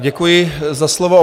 Děkuji za slovo.